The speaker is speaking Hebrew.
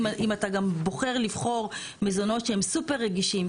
אם אתה גם בוחר לבחור מזונות שהם סופר רגישים,